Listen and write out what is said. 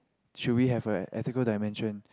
should we have an ethical dimension